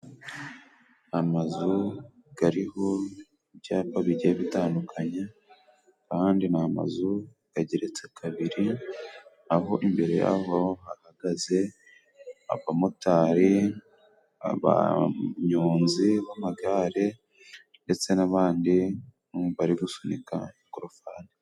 Amazu ariho ibyapa bigiye gutandukanye, ahandi ni amazu ageretse kabiri, aho imbere yaho hahagaze abamotari, abanyozi ku magare, ndetse n'abandi bari gusunika ingorofani.